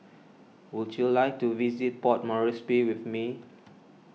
would you like to visit Port Moresby with me